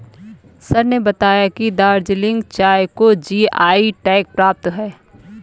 sir ने बताया कि दार्जिलिंग चाय को जी.आई टैग प्राप्त है